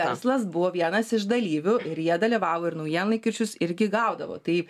verslas buvo vienas iš dalyvių ir jie dalyvavo ir naujienlaikraščius irgi gaudavo tai